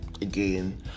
again